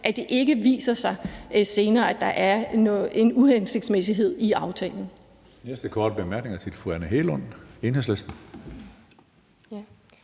at det ikke viser sig senere, at der er en uhensigtsmæssighed i aftalen